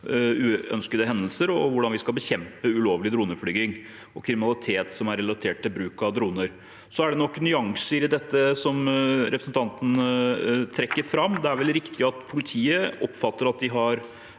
uønskede hendelser, og hvordan vi skal bekjempe ulovlig droneflyging og kriminalitet som er relatert til bruk av droner. Så er det nok nyanser i dette som representanten trekker fram. Det er vel riktig at politiet oppfatter at de har